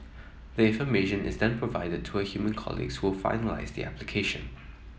the information is then provided to her human colleagues who'll finalise the application